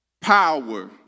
Power